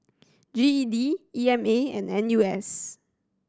G E D E M A and N U S